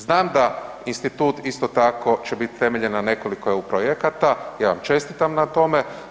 Znam da Institut isto tako, će biti temeljen na nekoliko EU projekata, ja vam čestitam na tome.